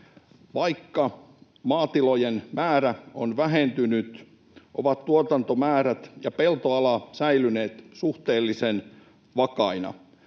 Vaikka maatilojen määrä on vähentynyt, ovat tuotantomäärät ja peltoala säilyneet suhteellisen vakaina.